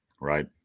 Right